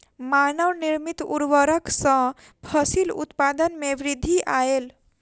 मानव निर्मित उर्वरक सॅ फसिल उत्पादन में वृद्धि आयल